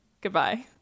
Goodbye